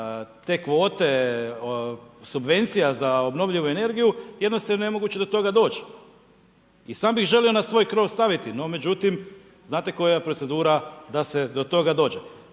te kvote subvencija za obnovljivu energiju, jednostavno je nemoguće do toga doć. I sam bi ih želio na svoj krov staviti no međutim, znate koja je procedura da se do toga dođe.